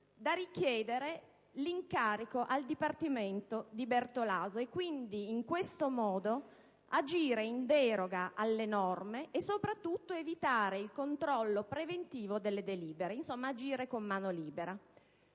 da richiedere l'incarico al Dipartimento di Bertolaso e, quindi, in questo modo, da consentire di agire in deroga alle norme e, soprattutto, di evitare il controllo preventivo delle delibere: insomma, agire con mano libera.